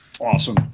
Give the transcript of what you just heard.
awesome